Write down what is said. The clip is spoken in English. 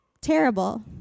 terrible